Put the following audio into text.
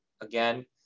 again